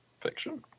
Fiction